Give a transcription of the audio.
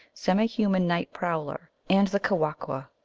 semi human night prowler, and the kewahqu,